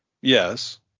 Yes